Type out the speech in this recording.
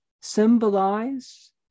symbolize